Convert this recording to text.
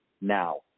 now